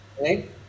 right